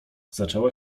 zaczęła